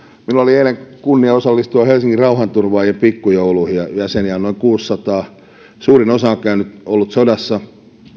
minulla oli eilen kunnia osallistua helsingin rauhanturvaajien pikkujouluihin jäseniä on noin kuudennensadannen suurin osa on ollut sodassa